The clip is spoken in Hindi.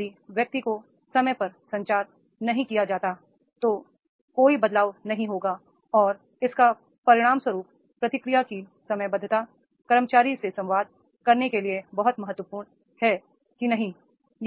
यदि व्यक्ति को समय पर संचार नहीं किया जाता है तो कोई बदलाव नहीं होगा और इसके परिणामस्वरूप प्रतिक्रिया की समयबद्धता कर्मचारी से संवाद करने के लिए बहुत महत्वपूर्ण है कि नहीं